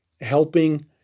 helping